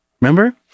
Remember